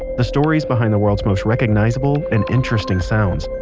the stories behind the world's most recognizable and interesting sounds.